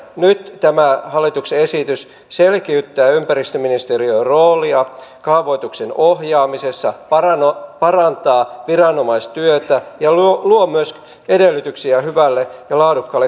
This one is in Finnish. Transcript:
nyt tämä hallituksen esitys selkeyttää ympäristöministeriön roolia kaavoituksen ohjaamisessa parantaa viranomaistyötä ja luo myös edellytyksiä hyvälle ja laadukkaalle kaavoitukselle